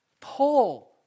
pull